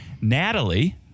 Natalie